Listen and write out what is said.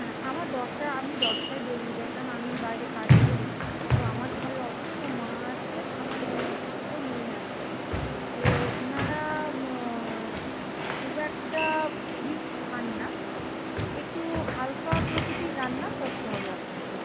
হ্যাঁ আমার দশটায় আমি দশটায় বেরিয়ে যাই কেন আমি বাইরে কাজ করি তো আমার ঘরে অসুস্থ মা আছেন আমার ছোটো মেয়ে আছে তো ওঁরা খুব একটা রিচ খান না একটু হালকা প্রকৃতির রান্না করতে হবে আপনাকে